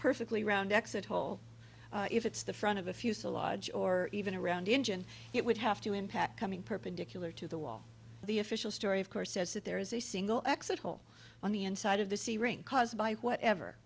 perfectly round exit hole if it's the front of a fuselage or even around engine it would have to impact coming perpendicular to the wall the official story of course says that there is a single exit hole on the inside of the c ring caused by whatever